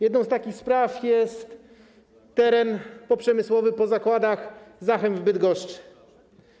Jedną z takich spraw jest teren poprzemysłowy po zakładach Zachem w Bydgoszczy.